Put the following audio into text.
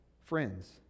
Friends